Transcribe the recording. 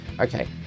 Okay